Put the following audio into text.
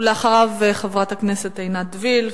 ואחריו, חברת הכנסת עינת וילף,